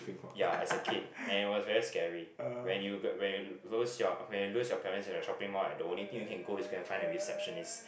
ya as a kid and it was very scary when you go when you lose your when you lose your parents in the shopping mall ah the only thing you can go is go and find a receptionist